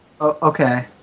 Okay